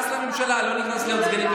לא נכנסת להיות סגנית יושב-ראש הכנסת.